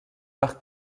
par